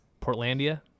portlandia